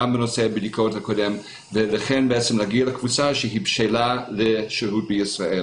גם בדיקות ולכן ניתן להגיע לקבוצה שהיא בשלה לשהות בישראל.